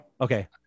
Okay